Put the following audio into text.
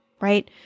right